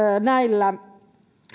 näillä